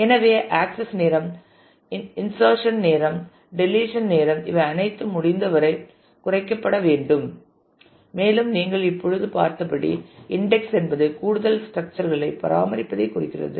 எனவே ஆக்சஸ் நேரம் இன்ஷர்சன் நேரம் டெலிசன் நேரம் இவை அனைத்தும் முடிந்தவரை குறைக்கப்பட வேண்டும் மேலும் நீங்கள் இப்பொழுது பார்த்தபடி இன்டெக்ஸ் என்பது கூடுதல் ஸ்ட்ரக்சர் களை பராமரிப்பதைக் குறிக்கிறது